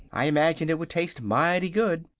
i imagine it would taste mighty good.